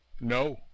No